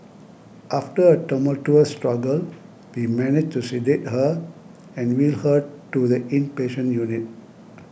after a tumultuous struggle we managed to sedate her and wheel her to the inpatient unit